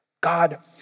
God